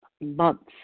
months